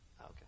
Okay